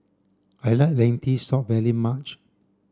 I like Lentil soup very much